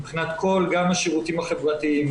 גם מבחינת השירותים החברתיים,